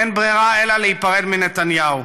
אין ברירה אלא להיפרד מנתניהו.